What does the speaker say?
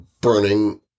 burning